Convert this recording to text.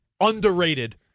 underrated